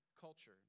culture